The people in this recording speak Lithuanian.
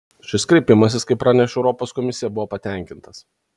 šis kreipimasis kaip praneša europos komisija buvo patenkintas